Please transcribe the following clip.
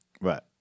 Right